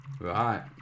Right